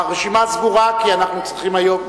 הרשימה סגורה, כי אנחנו צריכים היום,